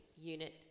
unit